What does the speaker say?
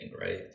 right